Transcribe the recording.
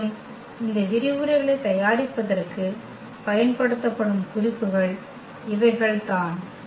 மேலும் இந்த விரிவுரைகளைத் தயாரிப்பதற்குப் பயன்படுத்தப்படும் குறிப்புகள் இவைகள் தான்